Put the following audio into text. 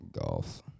golf